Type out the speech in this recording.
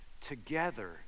together